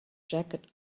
jacket